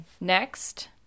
Next